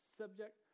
subject